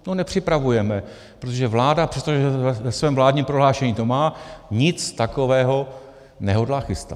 No nepřipravujeme, protože vláda, přestože to ve svém vládním prohlášení má, nic takového nehodlá chystat.